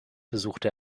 besuchte